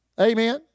Amen